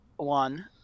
one